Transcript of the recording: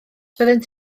byddent